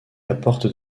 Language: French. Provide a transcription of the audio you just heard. apportent